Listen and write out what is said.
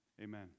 Amen